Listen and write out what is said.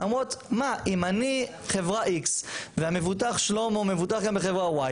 אם אני חברה X והמבוטח שלמה מבוטח גם בחברה Y,